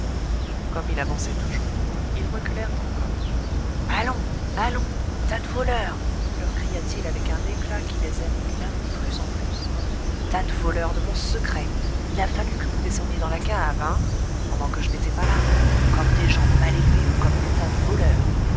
comme il avançait toujours ils reculèrent encore allons allons tas de voleurs leur cria-t-il avec un éclat qui les annihila de plus en plus tas de voleurs de mon secret il a fallu que vous descendiez dans la cave hein pendant que je n'étais pas là comme des gens mal élevés ou comme des tas de voleurs